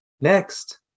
Next